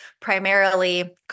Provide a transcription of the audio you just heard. primarily